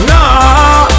Nah